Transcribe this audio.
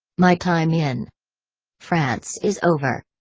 my time in france is over.